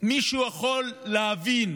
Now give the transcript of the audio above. מישהו יכול להבין